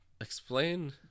Explain